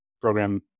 program